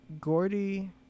Gordy